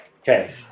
Okay